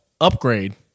upgrade